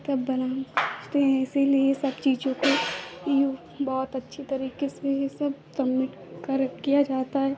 तब बना हम हैं इसीलिए सब चीज़ों को यू बहुत अच्छी तरीके से यह सब सब्मिट कर किया जाता है